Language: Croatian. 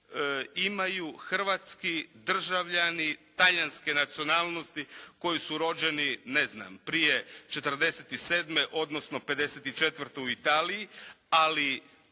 imaju hrvatski državljani Talijanske nacionalnosti koji su rođeni ne znam prije četrdeset i